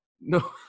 No